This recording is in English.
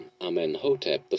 Amenhotep